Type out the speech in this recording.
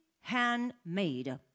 handmade